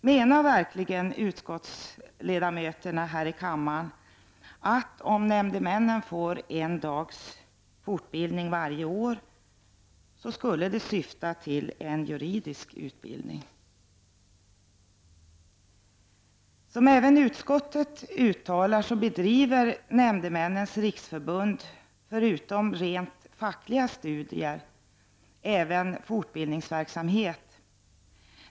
Menar verkligen utskottsledamöter här i kammaren, att om nämndemännen får en dags utbildning varje år, skulle det syfta till en juridisk utbildning? Som även utskottet uttalar bedriver Nämndemännens riksförbund förutom rent fackliga studier även fortbildningsverksamhet.